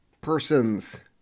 Persons